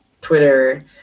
Twitter